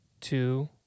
two